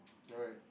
okay